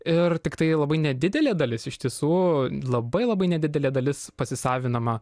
ir tiktai labai nedidelė dalis iš tiesų labai labai nedidelė dalis pasisavinama